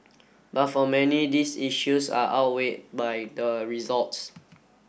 but for many these issues are outweighed by the results